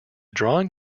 drawing